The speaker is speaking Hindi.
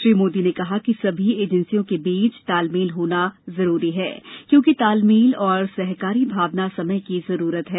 श्री मोदी ने कहा सभी एजेंसियों के बीच तालमेल होना जरूरी है क्योंकि तालमेल और सहकारी भावना समय की जरूरत है